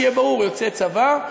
שיהיה ברור: יוצאי צבא,